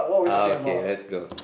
ah okay let's go